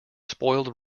spoiled